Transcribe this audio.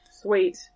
Sweet